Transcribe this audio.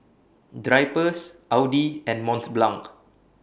Drypers Audi and Mont Blanc